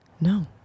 no